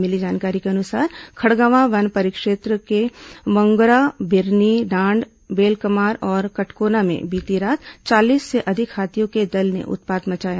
मिली जानकारी के अनुसार खड़गवां वन परिक्षेत्र के मंगोरा बिरनी डांड बेलकमार और कटकोना में बीती रात चालीस से अधिक हाथियों के दल ने उत्पात मचाया